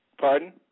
Pardon